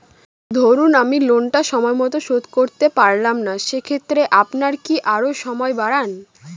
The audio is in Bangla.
ধরুন আমি লোনটা সময় মত শোধ করতে পারলাম না সেক্ষেত্রে আপনার কি আরো সময় বাড়ান?